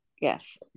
yes